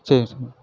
சரி சரி